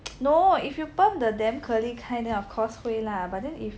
no if you perm the damn curly kind ah then of course 会啦 but then if